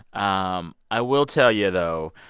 um i will tell you, though,